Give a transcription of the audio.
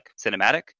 cinematic